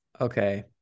Okay